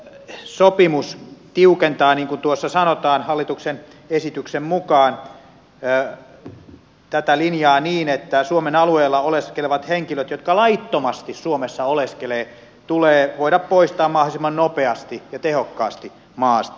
tämä sopimus tiukentaa niin kuin tuossa sanotaan hallituksen esityksen mukaan tätä linjaa niin että suomen alueella oleskelevat henkilöt jotka laittomasti suomessa oleskelevat tulee voida poistaa mahdollisimman nopeasti ja tehokkaasti maasta